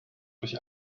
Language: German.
durch